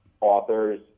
authors